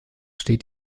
steht